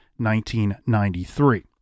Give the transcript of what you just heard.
1993